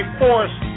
force